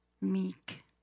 meek